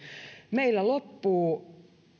meillä loppuu